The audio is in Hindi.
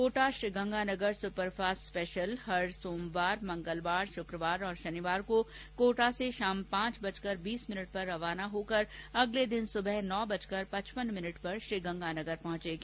कोटा श्रीगंगानगर सुपरफास्ट स्पेशल हर सोमवार मंगलवार शुक्रवार और शनिवार को कोटा से शाम पांच बजकर बीस मिनिट पर रवाना होकर अगले दिन सुबह नौ बजकर पचपन मिनिट पर श्रीगंगानगर पहंचेगी